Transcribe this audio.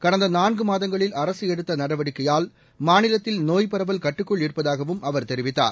கடந்த நான்கு மாதங்களில் அரசு எடுத்த நடவடிக்கையால் மாநிலத்தில் நோய்ப் பரவல் கட்டுக்குள் இருப்பதாகவும் அவர் தெரிவித்தார்